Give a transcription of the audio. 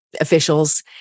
officials